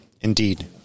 Indeed